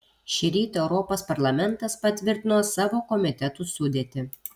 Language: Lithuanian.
šįryt europos parlamentas patvirtino savo komitetų sudėtį